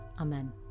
Amen